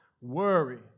Worry